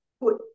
put